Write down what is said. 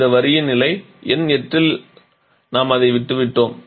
இந்த வரியின் நிலை எண் 8 இல் நாம் எதை விட்டுவிட்டோம்